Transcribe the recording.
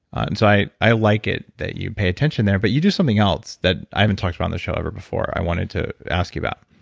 and so i i like it, that you pay attention there but you do something else that i haven't talked about on the show ever before. i wanted to ask you about.